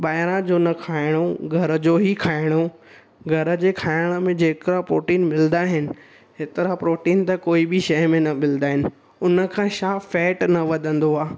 ॿाहिरां जो न खाइणो घर जो ई खाइणो घर जे खाइण में जेका प्रोटीन मिलंदा आहिनि एतिरा प्रोटीन त कोई बि शइ में न मिलंदा आहिनि उनखां छा फैट न वधंदो आहे